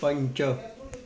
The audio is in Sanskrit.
पञ्च